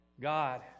God